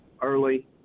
early